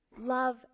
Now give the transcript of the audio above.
Love